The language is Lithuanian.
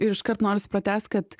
ir iškart norisi pratęst kad